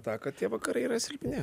tą kad tie vakarai yra silpni